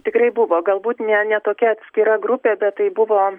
tikrai buvo galbūt ne ne tokia atskira grupė bet tai buvo